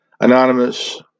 anonymous